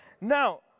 Now